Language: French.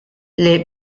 les